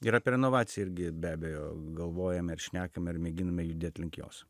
ir apie renovaciją irgi be abejo galvojame ir šnekame ir mėginame judėti link jos